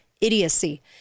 idiocy